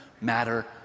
matter